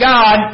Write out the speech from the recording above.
God